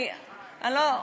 אני לא,